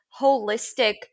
holistic